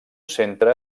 centre